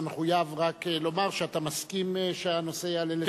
אתה מחויב רק לומר שאתה מסכים שהנושא יעלה.